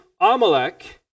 Amalek